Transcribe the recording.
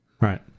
Right